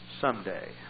Someday